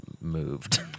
moved